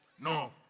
No